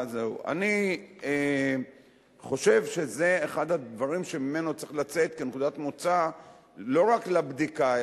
אני חושב שזה אחד הדברים שממנו צריך לצאת כנקודת מוצא לא רק לבדיקה,